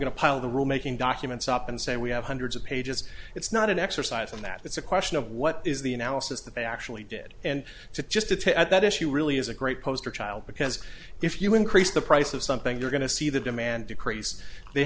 to pile the rule making documents up and say we have hundreds of pages it's not an exercise in that it's a question of what is the analysis that they actually did and to just detail at that issue really is a great poster child because if you increase the price of something you're going to see the demand decrease they